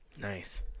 Nice